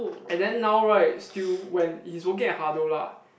and then now right still when he's working at hado lah